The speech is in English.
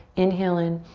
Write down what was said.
inhale in.